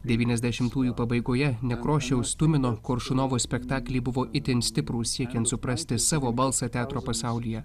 devyniasdešimtųjų pabaigoje nekrošiaus tumino koršunovo spektakliai buvo itin stiprūs siekiant suprasti savo balsą teatro pasaulyje